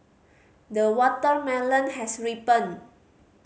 the watermelon has ripened